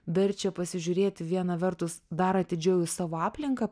verčia pasižiūrėti viena vertus dar atidžiau į savo aplinką